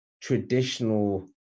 traditional